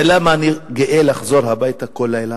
ולמה אני גאה לחזור הביתה כל לילה?